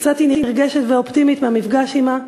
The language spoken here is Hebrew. יצאתי נרגשת ואופטימית מהמפגש עמה.